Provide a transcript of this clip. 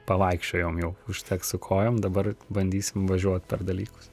pavaikščiojom jau užteks su kojom dabar bandysim važiuot per dalykus